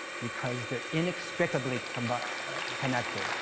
because they're inextricably um but connected.